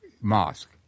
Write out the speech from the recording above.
mosque